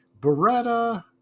Beretta